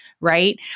right